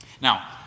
Now